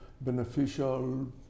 beneficial